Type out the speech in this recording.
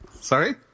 Sorry